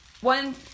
One